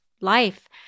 life